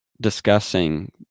discussing